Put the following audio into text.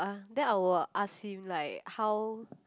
uh then I will ask him like how